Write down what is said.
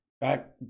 back